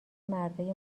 مردای